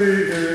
תני לי לסיים.